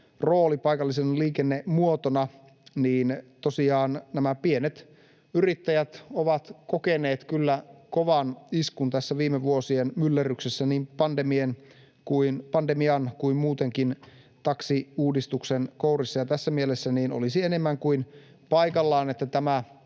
rooli paikallisena liikennemuotona — ja tosiaan nämä pienet yrittäjät ovat kokeneet tässä viime vuosien myllerryksessä niin pandemian kuin muutenkin taksiuudistuksen kourissa, olisi tässä mielessä enemmän kuin paikallaan, että tämä